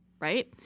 right